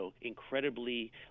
incredibly